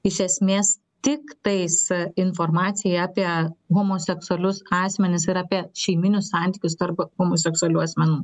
iš esmės tiktais informacijai apie homoseksualius asmenis ir apie šeiminius santykius tarp homoseksualių asmenų